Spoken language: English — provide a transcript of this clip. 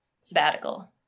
sabbatical